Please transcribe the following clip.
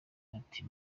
ati